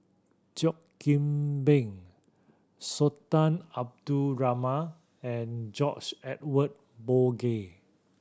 Cheo Kim Ban Sultan Abdul Rahman and George Edwin Bogaar